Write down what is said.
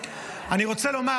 אני רוצה לומר